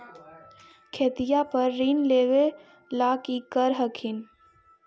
खेतिया पर ऋण लेबे ला की कर हखिन?